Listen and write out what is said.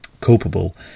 culpable